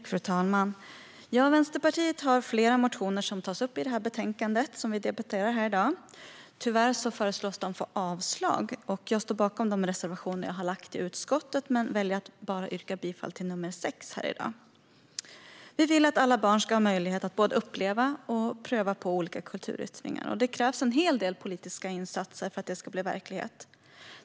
Fru talman! Vänsterpartiet har flera motioner som tas upp i det betänkande som vi debatterar här i dag. Tyvärr föreslås att de avslås. Jag står bakom de reservationer som jag har lagt fram i utskottet men väljer att yrka bifall bara till reservation nr 6 här i dag. Vi vill att alla barn ska ha möjlighet att både uppleva och pröva på olika kulturyttringar. Det krävs en hel del politiska insatser för att det ska bli verklighet.